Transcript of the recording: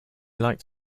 liked